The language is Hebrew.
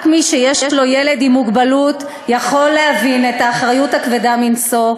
רק מי שיש לו ילד עם מוגבלות יכול להבין את האחריות הכבדה מנשוא,